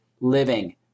living